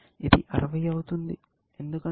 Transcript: ఇది 60 అవుతుంది ఎందుకంటే ఇది 50 10 60